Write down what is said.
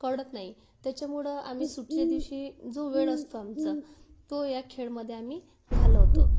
कळत नाही त्याच्यामुळं आम्ही सुट्टीच्या दिवशी जो वेळ असतो आमचा तो या खेळमध्ये आम्ही घालवतो